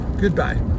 Goodbye